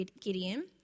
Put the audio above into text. Gideon